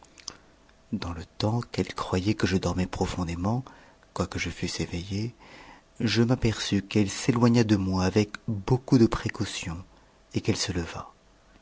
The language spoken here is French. dans le temps qu'elle croyait que je dormais profondément quoique je fusse éveillé je m'aperçus qu'elle s'éloigna de moi avec beaucoup de précaution et qu'elle se leva